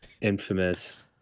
infamous